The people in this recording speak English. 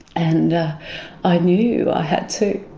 and i knew i had to